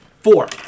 Four